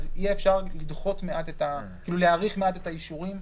יהיה אפשר להאריך מעט את האישורים,